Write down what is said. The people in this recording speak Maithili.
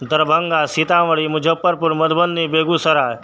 दरभङ्गा सीतामढ़ी मुजफ्फरपुर मधुबनी बेगूसराय